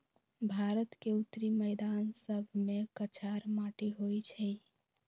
भारत के उत्तरी मैदान सभमें कछार माटि होइ छइ